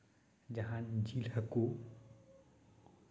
ᱡᱟᱦᱟᱱ ᱡᱤᱞ ᱦᱟᱹᱠᱩ